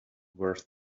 worth